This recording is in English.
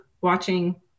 watching